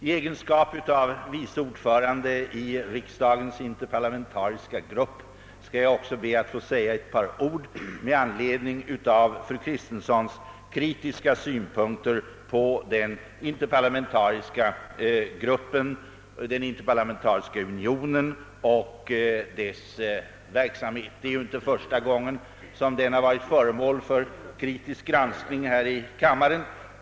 I egenskap av vice ordförande i riksdagens = interparlamentariska = grupp skall jag också be att få säga ett par ord med anledning av fru Kristenssons kritiska synpunkter på den interparlamentariska gruppen och på den interparlamentariska unionen och dess verksamhet. Det är inte första gången som den har varit föremål för kritisk granskning här i kammaren.